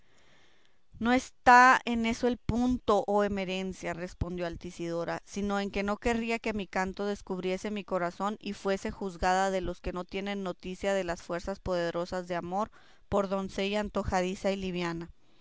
no está en eso el punto oh emerencia respondió la altisidora sino en que no querría que mi canto descubriese mi corazón y fuese juzgada de los que no tienen noticia de las fuerzas poderosas de amor por doncella antojadiza y liviana